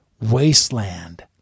wasteland